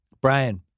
Brian